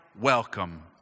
welcome